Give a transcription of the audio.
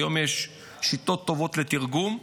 היום יש שיטות טובות לתרגום.